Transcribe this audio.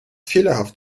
fehlerhaft